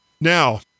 Now